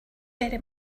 very